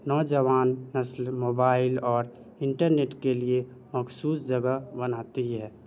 نوجوان نسل موبائل اور انٹرنیٹ کے لیے مخصوص جگہ بناتی ہے